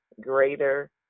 greater